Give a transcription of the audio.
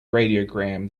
radiogram